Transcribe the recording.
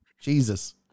jesus